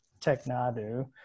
TechNadu